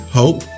hope